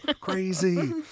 crazy